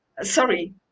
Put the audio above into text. Sorry